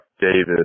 David